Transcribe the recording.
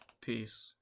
Peace